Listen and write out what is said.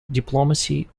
diplomacy